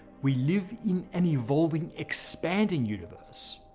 we live in an evolving, expanding universe.